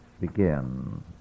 begin